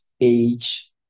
age